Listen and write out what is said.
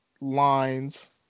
lines